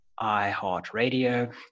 iHeartRadio